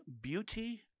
beauty